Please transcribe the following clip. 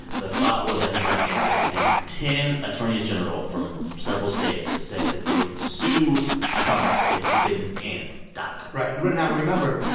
the thought was that he might end it. and ten attorneys general from several states said that they would sue trump if he didn't end daca right, and now remember,